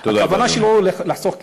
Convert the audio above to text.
הכוונה שלו לחסוך כסף.